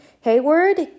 Hayward